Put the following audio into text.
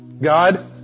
God